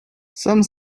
some